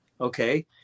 okay